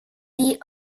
die